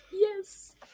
Yes